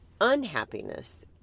unhappiness